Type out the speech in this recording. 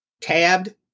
tabbed